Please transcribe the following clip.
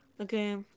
Okay